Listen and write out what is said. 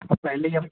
आप पहले ही हमें